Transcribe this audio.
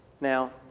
now